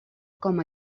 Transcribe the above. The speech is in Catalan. com